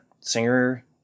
singer